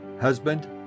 husband